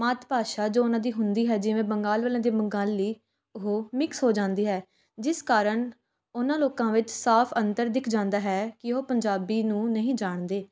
ਮਾਤ ਭਾਸ਼ਾ ਜੋ ਓਹਨਾਂ ਦੀ ਹੁੰਦੀ ਹੈ ਜਿਵੇਂ ਬੰਗਾਲ ਵਾਲਿਆਂ ਦੀ ਬੰਗਾਲੀ ਉਹ ਮਿਕਸ ਹੋ ਜਾਂਦੀ ਹੈ ਜਿਸ ਕਾਰਨ ਓਹਨਾਂ ਲੋਕਾਂ ਵਿੱਚ ਸਾਫ ਅੰਤਰ ਦਿਖ ਜਾਂਦਾ ਹੈ ਕਿ ਉਹ ਪੰਜਾਬੀ ਨੂੰ ਨਹੀਂ ਜਾਣਦੇ